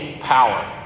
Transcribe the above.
power